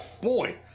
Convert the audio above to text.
Boy